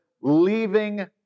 leaving